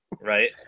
right